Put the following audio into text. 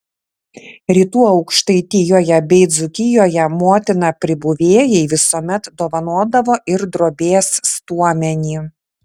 rytų aukštaitijoje bei dzūkijoje motina pribuvėjai visuomet dovanodavo ir drobės stuomenį